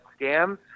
scams